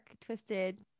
twisted